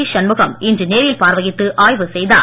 ஷண்முகம் இன்று நேரில் பார்வையிட்டு ஆய்வு செய்தார்